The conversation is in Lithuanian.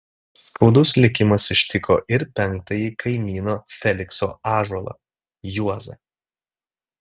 skaudus likimas ištiko ir penktąjį kaimyno felikso ąžuolą juozą